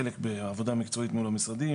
חלק בעבודה מקצועית אל מול המשרדים,